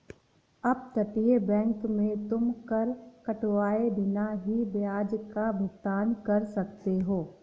अपतटीय बैंक में तुम कर कटवाए बिना ही ब्याज का भुगतान कर सकते हो